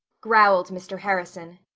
growled mr. harrison.